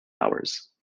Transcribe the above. hours